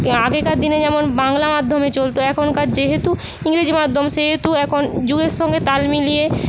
আগেকার দিনে যেমন বাংলা মাধ্যমে চলতো এখনকার যেহেতু ইংরেজি মাধ্যম সেহেতু এখন যুগের সঙ্গে তাল মিলিয়ে